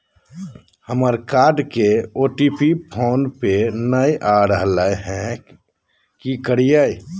हमर कार्ड के OTP phone पे नई आ रहलई हई, का करयई?